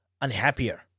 unhappier